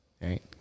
Right